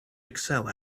excel